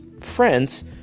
friends